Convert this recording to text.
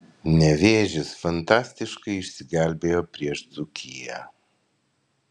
nevėžis fantastiškai išsigelbėjo prieš dzūkiją